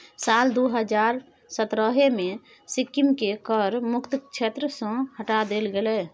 साल दू हजार सतरहे मे सिक्किमकेँ कर मुक्त क्षेत्र सँ हटा देल गेलै